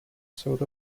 sort